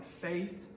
faith